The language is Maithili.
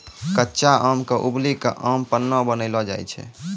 कच्चा आम क उबली कॅ आम पन्ना बनैलो जाय छै